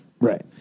right